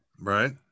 Right